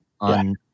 on